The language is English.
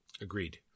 Agreed